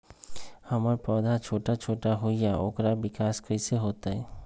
हमर पौधा छोटा छोटा होईया ओकर विकास कईसे होतई?